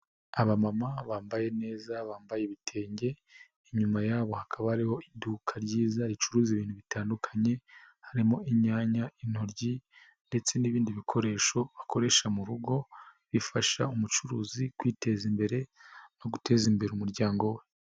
Abamama bambaye neza bambaye ibitenge, inyuma yabo hakaba hariho iduka ryiza ricuruza ibintu bitandukanye, harimo: inyanya, intoryi ndetse n'ibindi bikoresho bakoresha mu rugo, bifasha umucuruzi kwiteza imbere no guteza imbere umuryango we.